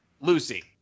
Lucy